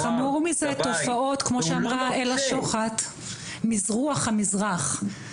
וחמור מזה תופעות כמו שאמרה אלה שוחט "מזרוח המזרח",